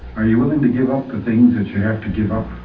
are you willing to give up things that you have to give up?